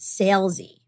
salesy